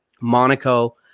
Monaco